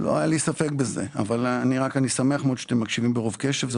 לא היה לי ספק בזה אבל אני שמח מאוד שאתם מקשיבים ברוב קשב.